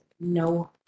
no